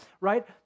right